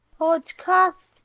podcast